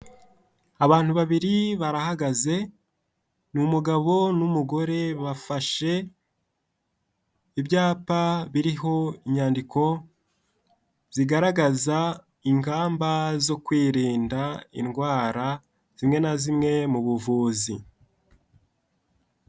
Abantu babiri barahagaze ni umugabo n'umugore bafashe ibyapa biriho inyandiko, zigaragaza ingamba zo kwirinda indwara zimwe na zimwe mu buvuzi.